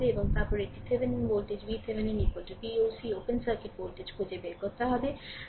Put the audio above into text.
এবং তারপরে আপনাকে Thevenin voltage VThevenin Voc open circuit voltage খুঁজে বের করতে হবে